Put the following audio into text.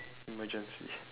emergency